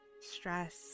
stress